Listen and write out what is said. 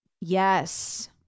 yes